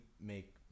make